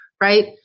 right